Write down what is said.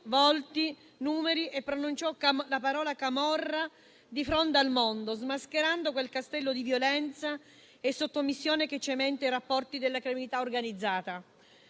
volti, numeri e pronunciò la parola «camorra» di fronte al mondo, smascherando quel castello di violenza e sottomissione che cementa i rapporti della criminalità organizzata.